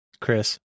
Chris